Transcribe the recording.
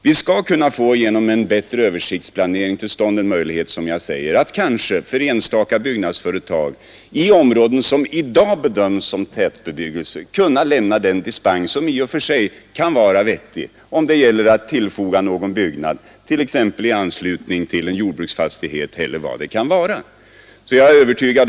Vi skall exempelvis genom en bättre översiktsplanering kunna få en möjlighet att kanske för enstaka byggnadsföretag i områden som i dag bedöms som tätbebyggelse kunna lämna den dispens som i och för sig kan vara vettig om det gäller att tillfoga någon byggnad, t.ex. i anslutning till en jordbruksfastighet.